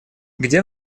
где